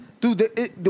dude